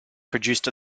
produced